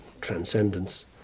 transcendence